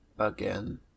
again